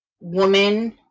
woman